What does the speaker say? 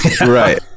Right